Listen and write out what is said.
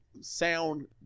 sound